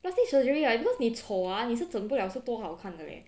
plastic surgery ah because 你丑 ah 你是整不了多好看的 leh